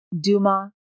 Duma